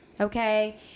Okay